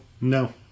No